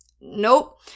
Nope